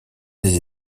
des